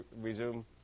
resume